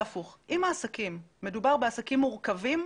מדובר בעסקים מורכבים,